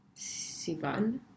Sivan